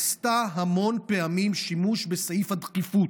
עשתה המון פעמים שימוש בסעיף הדחיפות.